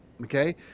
Okay